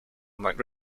might